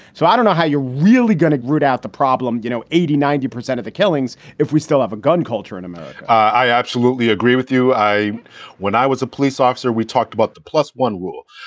so i don't know how you're really going to root out the problem. you know, eighty, ninety percent of the killings, if we still have a gun culture in america, i absolutely agree with you i when i was a police officer, we talked about the plus one rule.